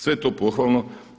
Sve je to pohvalno.